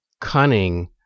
cunning